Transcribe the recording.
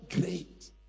great